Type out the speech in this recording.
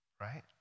right